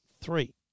Three